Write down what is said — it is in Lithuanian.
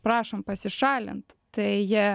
prašom pasišalint tai jie